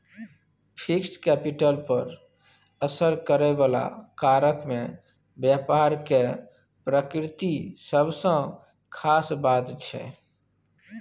fixed capital पर असर करइ बला कारक मे व्यापार केर प्रकृति सबसँ खास बात छै